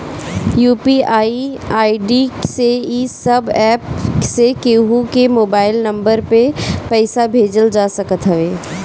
UPI ID से इ सब एप्प से केहू के मोबाइल नम्बर पअ पईसा भेजल जा सकत हवे